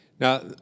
Now